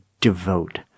devote